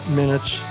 minutes